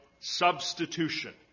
substitution